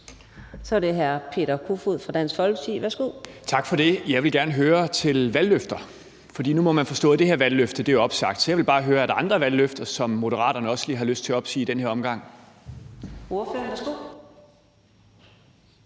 Kl. 15:18 Peter Kofod (DF): Tak for det. Jeg vil gerne høre om valgløfter. For nu må man forstå, at det her valgløfte er opsagt. Så jeg vil bare høre, om der er andre valgløfter, som Moderaterne også lige har lyst til at opsige i den her omgang. Kl. 15:19 Fjerde